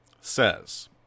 says